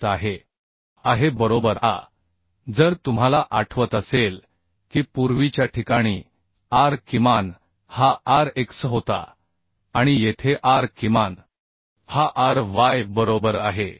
होत आहे आहे बरोबर आता जर तुम्हाला आठवत असेल की पूर्वीच्या ठिकाणी r किमान हा r x होता आणि येथे r किमान हा r y बरोबर आहे